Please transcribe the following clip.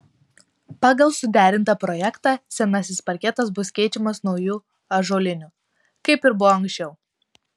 pagal suderintą projektą senasis parketas bus keičiamas nauju ąžuoliniu kaip ir buvo anksčiau